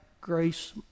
grace